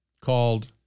called